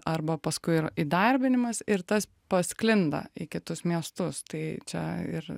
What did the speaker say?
arba paskui ir įdarbinimas ir tas pasklinda į kitus miestus tai čia ir